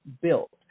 built